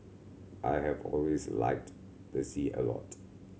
I have always liked the sea a lot